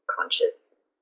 conscious